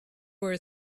were